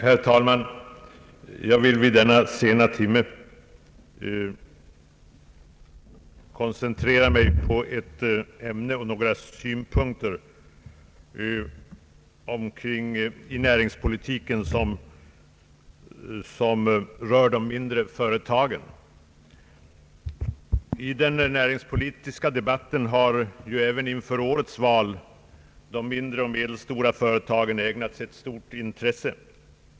Herr talman! I den näringspolitiska debatten har ju även inför årets val de mindre och medelstora företagen ägnats ett stort intresse.